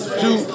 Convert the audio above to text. two